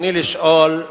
ברצוני לשאול: